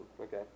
Okay